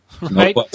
Right